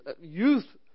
youth